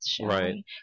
right